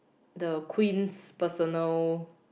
the queen's personal